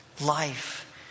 Life